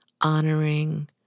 honoring